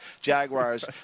Jaguars